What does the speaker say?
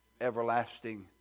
everlasting